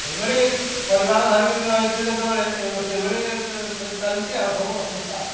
ଏଭଳି ପରିବାର ଧରିକି ରହିଛୁ ଯେତେବେଳେ ଏଇ ସେଇଭଳି ଚାଲିଛି ଆଉ ସବୁ ଆଉ ସଂସ୍ଥା ଆଉ